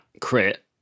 crit